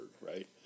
right